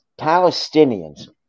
Palestinians